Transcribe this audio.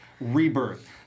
Rebirth